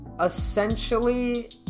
essentially